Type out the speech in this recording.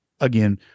again